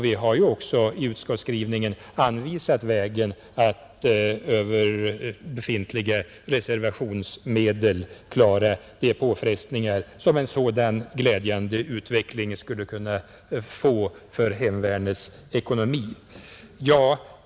Vi har ju också i utskottsskrivningen anvisat vägen — att man genom befintliga reservationsmedel skall klara de påfrestningar som en sådan glädjande utveckling skulle kunna få för hemvärnets ekonomi.